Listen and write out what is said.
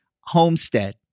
Homestead